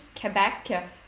quebec